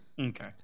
okay